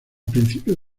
principios